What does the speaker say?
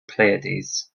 pleiades